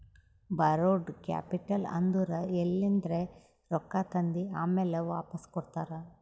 ಬಾರೋಡ್ capital ಅಂದುರ್ ಎಲಿಂದ್ರೆ ರೊಕ್ಕಾ ತಂದಿ ಆಮ್ಯಾಲ್ ವಾಪಾಸ್ ಕೊಡ್ತಾರ